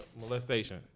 molestation